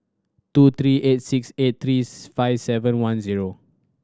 two three eight six eight three five seven one zero